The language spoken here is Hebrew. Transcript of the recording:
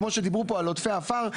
כמו שדיברו פה על עודפי עפר,